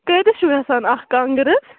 کۭتِس چھُو گژھان اَکھ کانٛگٕر حظ